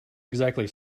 exactly